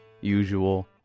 usual